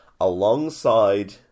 alongside